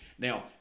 Now